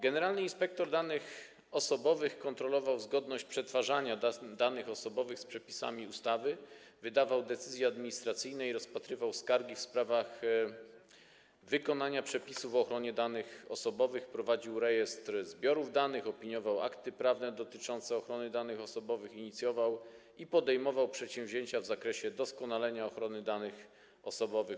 Generalny inspektor danych osobowych kontrolował zgodność przetwarzania danych osobowych z przepisami ustawy, wydawał decyzje administracyjne i rozpatrywał skargi w sprawach wykonania przepisów o ochronie danych osobowych, prowadził rejestr zbiorów danych, opiniował akty prawne dotyczące ochrony danych osobowych, inicjował i podejmował przedsięwzięcia w zakresie doskonalenia ochrony danych osobowych.